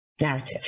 narrative